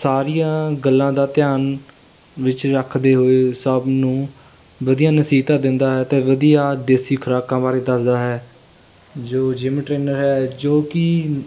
ਸਾਰੀਆਂ ਗੱਲਾਂ ਦਾ ਧਿਆਨ ਵਿੱਚ ਰੱਖਦੇ ਹੋਏ ਸਭ ਨੂੰ ਵਧੀਆ ਨਸੀਹਤਾਂ ਦਿੰਦਾ ਹੈ ਅਤੇ ਵਧੀਆ ਦੇਸੀ ਖੁਰਾਕਾਂ ਬਾਰੇ ਦੱਸਦਾ ਹੈ ਜੋ ਜਿਮ ਟ੍ਰੇਨਰ ਹੈ ਜੋ ਕਿ